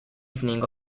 evening